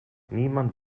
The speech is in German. niemand